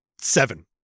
seven